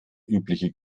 übliche